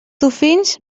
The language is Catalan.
dofins